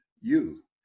youth